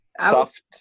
soft